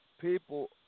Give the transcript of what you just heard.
people